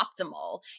optimal